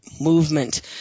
movement